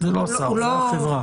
--- זה לא השר, זה החברה.